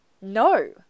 No